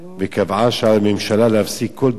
להפסיק כל דיון על הנושא עם הוותיקן.